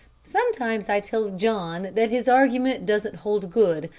sometimes i tell john that his argument doesn't hold good,